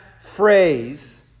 phrase